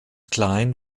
kline